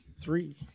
Three